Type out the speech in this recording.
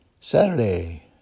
Saturday